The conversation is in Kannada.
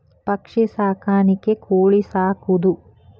ಪಕ್ಷಿ ಸಾಕಾಣಿಕೆ ಕೋಳಿ ಸಾಕುದು